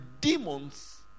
demons